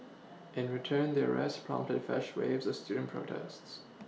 in return the arrests prompted fresh waves of student protests